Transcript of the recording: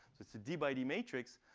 it's a d by d matrix.